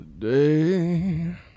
today